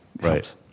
Right